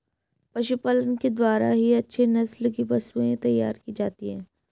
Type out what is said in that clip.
पशुपालन के द्वारा ही अच्छे नस्ल की पशुएं तैयार की जाती है